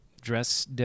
Dress